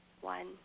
one